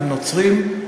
על נוצרים,